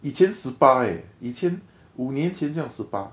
以前十八 leh 以前五年前这样十八